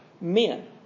men